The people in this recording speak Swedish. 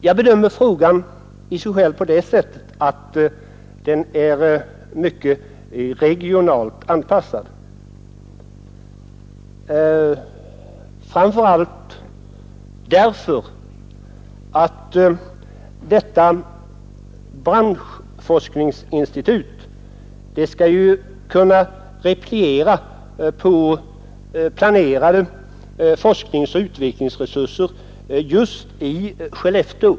Jag bedömer den nämligen som en regional fråga, framför allt därför att detta branschforskningsinstitut skall kunna repliera på planerade forskningsoch utvecklingsresurser just i Skellefteå.